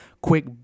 quick